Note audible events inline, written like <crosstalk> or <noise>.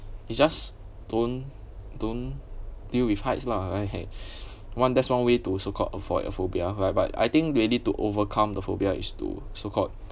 you just don't don't deal with heights lah <noise> <breath> one that's one way to so called avoid a phobia right but I think really to overcome the phobia is to so called